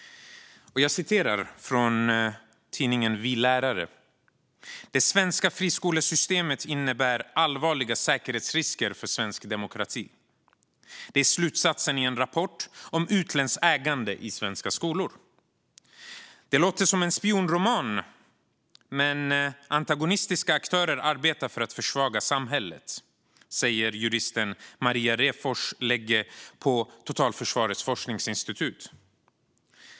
Jag citerar ur en artikel i tidningen Vi Lärare: "Det svenska friskolesystemet innebär allvarliga säkerhetsrisker för svensk demokrati. Det är slutsatsen i en rapport om utländskt ägande i svenska skolor. - Det låter som en spionroman, men antagonistiska aktörer arbetar för att försvaga samhället, säger juristen Maria Refors Legge på Totalförsvarets forskningsinstitut ."